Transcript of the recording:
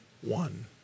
one